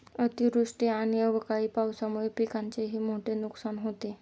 अतिवृष्टी आणि अवकाळी पावसामुळे पिकांचेही मोठे नुकसान होते